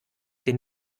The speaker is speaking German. den